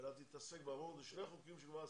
אלה שני חוקים שעשיתי.